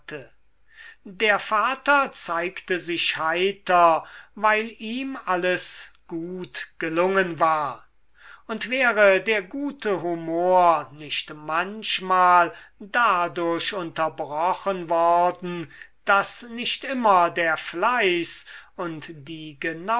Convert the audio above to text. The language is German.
der vater zeigte sich heiter weil ihm alles gut gelungen war und wäre der gute humor nicht manchmal dadurch unterbrochen worden daß nicht immer der fleiß und die